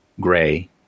gray